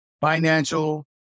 financial